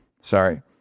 Sorry